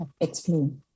explain